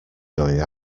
going